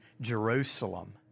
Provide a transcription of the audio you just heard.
Jerusalem